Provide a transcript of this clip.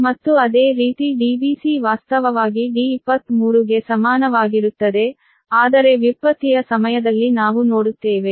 ಮತ್ತು ಅದೇ ರೀತಿ Dbc ವಾಸ್ತವವಾಗಿ D23 ಗೆ ಸಮಾನವಾಗಿರುತ್ತದೆ ಆದರೆ ವ್ಯುತ್ಪತ್ತಿಯ ಸಮಯದಲ್ಲಿ ನಾವು ನೋಡುತ್ತೇವೆ